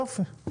יופי.